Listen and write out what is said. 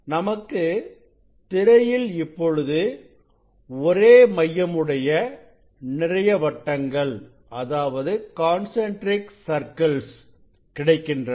நமக்கு திரையில் இப்பொழுது ஒரே மையம் உடைய நிறைய வட்டங்கள் கிடைக்கின்றன